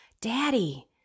Daddy